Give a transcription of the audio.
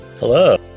Hello